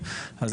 ואני